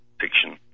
fiction